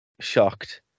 shocked